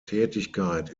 tätigkeit